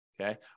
Okay